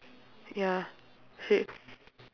ya she